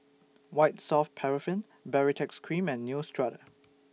White Soft Paraffin Baritex Cream and Neostrata